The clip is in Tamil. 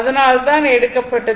அதனால்தான் எடுக்கப்பட்டது